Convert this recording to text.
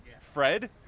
Fred